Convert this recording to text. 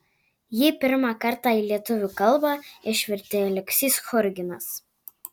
jį pirmą kartą į lietuvių kalbą išvertė aleksys churginas